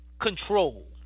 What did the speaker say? control